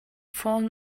fallen